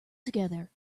together